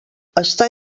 estar